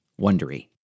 wondery